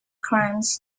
crimes